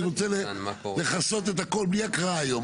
אני רוצה לכסות את הכל בלי הקראה היום.